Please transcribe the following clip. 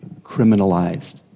criminalized